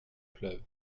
pleuve